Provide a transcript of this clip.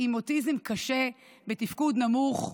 עם אוטיזם קשה בתפקוד נמוך.